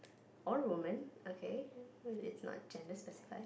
all woman okay is not gender specified